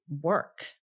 work